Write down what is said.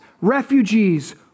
refugees